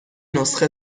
نسخه